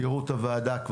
תראו את הוועדה בבית הנשיא,